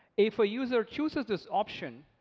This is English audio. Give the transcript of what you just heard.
if a user chooses this option,